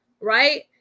right